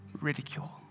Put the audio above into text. ridicule